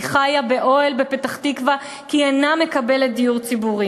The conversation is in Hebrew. היא חיה באוהל בפתח-תקווה כי היא אינה מקבלת דיור ציבורי.